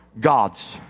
gods